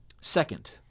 Second